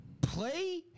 play